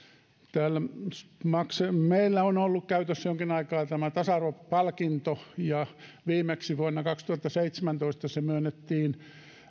momentti kaksikymmentäkolme yhdeksänkymmentä viisikymmentäyhdeksän meillä on ollut täällä käytössä jonkin aikaa tämä tasa arvopalkinto ja viimeksi vuonna kaksituhattaseitsemäntoista se myönnettiin